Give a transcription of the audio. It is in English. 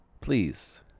Please